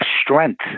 strength